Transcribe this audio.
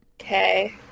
Okay